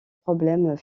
problèmes